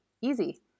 easy